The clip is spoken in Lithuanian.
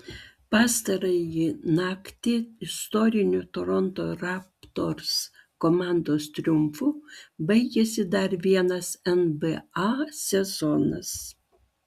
pastarąjį naktį istoriniu toronto raptors komandos triumfu baigėsi dar vienas nba sezonas